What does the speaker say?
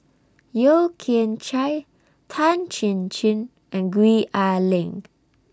Yeo Kian Chye Tan Chin Chin and Gwee Ah Leng